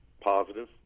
positive